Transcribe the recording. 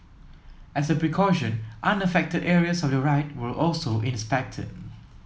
as a precaution unaffected areas of the ride were also inspected